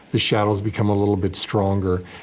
the shadows become a little bit stronger.